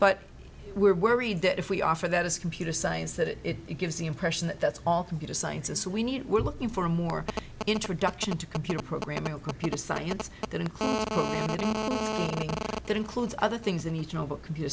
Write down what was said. but we're worried that if we offer that as computer science that it gives the impression that that's all computer science and so we need we're looking for more introduction to computer programming a computer science that in that includes other things in the computer